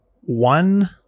one –